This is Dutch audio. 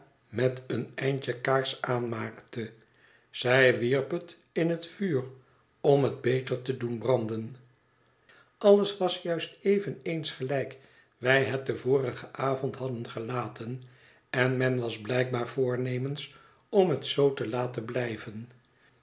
met een eindje kaars aanmaakte zij wierp het in het vuur om het beter te doen branden alles was juist eveneens gelijk wij het den vorigen avond hadden gelaten en men was blijkbaar voornemens om het zoo te laten blijven